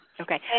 Okay